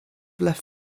left